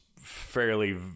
fairly